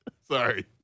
Sorry